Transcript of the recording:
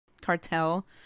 cartel